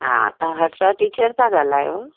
हा तव्हां हर्षा टीचर था ॻाल्हायो